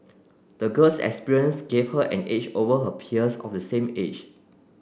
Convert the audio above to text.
the girl's experience gave her an edge over her peers of the same age